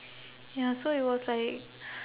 ya so it was like